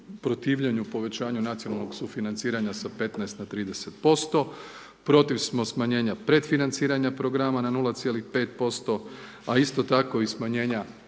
protivljenju povećanja nacionalnog sufinanciranja sa 15 na 30%. Protiv smo smanjenja pretfinanciranja programa na 0,5%, a isto tako i smanjenja